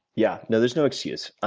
yeah. no, there's no excuse.